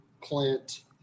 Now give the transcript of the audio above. Clint